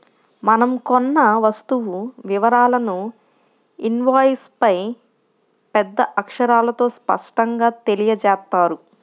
మనం కొన్న వస్తువు వివరాలను ఇన్వాయిస్పై పెద్ద అక్షరాలతో స్పష్టంగా తెలియజేత్తారు